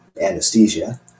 anesthesia